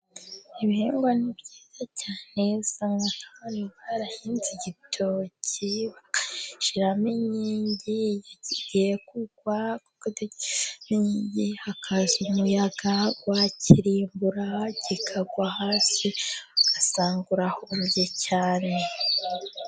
Ibihingwa ni byiza cyane. Usanga barahinze igitoki, bagashyiramo inkingi, kigiye kugwa, kuko hari n'igihe haza umuyaga, wakirimbura kikagwa hasi. Ugasanga urahombye cyane.